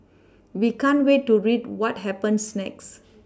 we can't wait to read what happens next